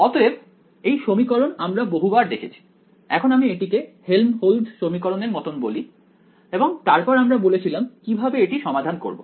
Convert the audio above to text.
অতএব এই সমীকরণ আমরা বহুবার দেখেছি এখন আমি এটিকে হেল্মহোল্টজ সমীকরণ এর মতন বলি এবং তারপর আমরা বলেছিলাম কিভাবে এটি সমাধান করব